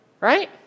Right